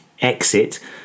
exit